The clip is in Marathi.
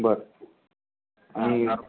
बर आणि